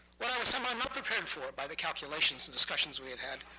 what i was somehow not prepared for, by the calculations and discussions we had had,